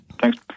Thanks